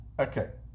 Okay